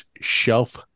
Shelf